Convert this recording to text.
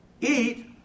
eat